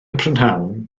prynhawn